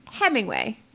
Hemingway